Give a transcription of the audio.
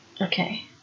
Okay